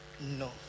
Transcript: No